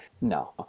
No